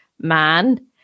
man